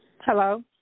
hello